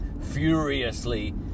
furiously